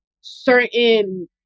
certain